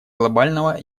глобального